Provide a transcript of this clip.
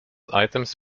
items